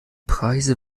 preise